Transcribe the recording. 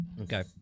Okay